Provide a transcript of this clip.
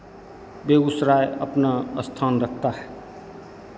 बेगूसराय अपना स्थान रखता है